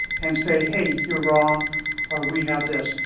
and say, hey, you're wrong, or we have this.